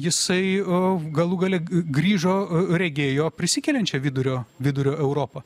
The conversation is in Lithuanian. jisai o galų gale grįžo regėjo prisikeliančią vidurio vidurio europą